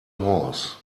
horse